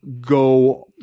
go